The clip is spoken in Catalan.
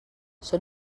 són